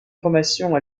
formation